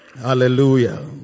hallelujah